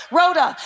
Rhoda